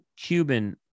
Cuban